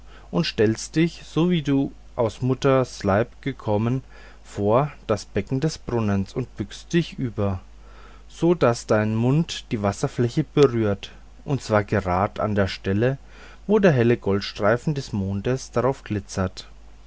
und stellst dich so wie du aus dem mutter leibe gekommen vor das becken des brunnens und bückst dich über so daß dein mund die wasserfläche berührt und zwar grad an der stelle wo der helle goldstreifen des mondes darauf glitzert